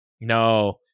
No